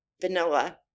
vanilla